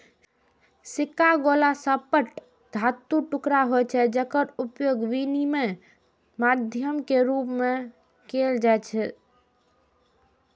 सिक्का गोल, सपाट धातुक टुकड़ा होइ छै, जेकर उपयोग विनिमय माध्यम के रूप मे कैल जाइ छै